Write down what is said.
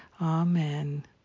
Amen